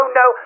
no